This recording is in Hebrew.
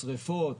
השריפות,